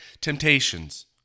temptations